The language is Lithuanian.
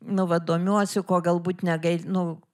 nu va domiuosi ko galbūt negail nu